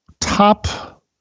top